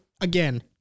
again